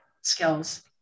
skills